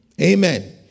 Amen